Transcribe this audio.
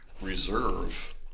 reserve